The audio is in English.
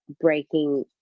breaking